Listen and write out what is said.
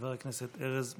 חבר הכנסת ארז מלול.